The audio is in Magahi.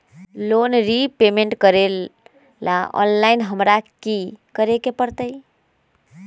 लोन रिपेमेंट करेला ऑनलाइन हमरा की करे के परतई?